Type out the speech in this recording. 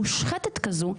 מושחתת כזו,